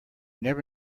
never